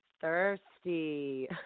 Thirsty